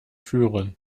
führen